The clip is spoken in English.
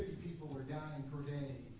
people were dying per day